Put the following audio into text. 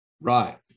Right